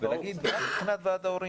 אומר מה מבחינתו,